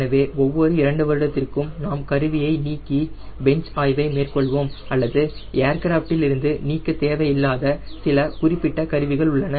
எனவே ஒவ்வொரு இரண்டு வருடத்திற்கும் நாம் கருவியை நீக்கி பென்ச் ஆய்வை மேற்கொள்வோம் அல்லது ஏர்கிராஃப்டில் இருந்து நீக்க தேவை இல்லாத சில குறிப்பிட்ட கருவிகள் உள்ளன